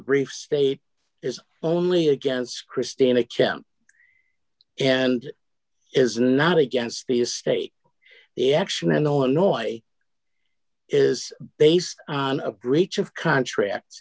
briefs state is only against christina kemp and is not against the estate the action and all annoy is based on a breach of contract